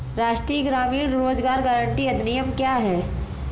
राष्ट्रीय ग्रामीण रोज़गार गारंटी अधिनियम क्या है?